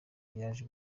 yaje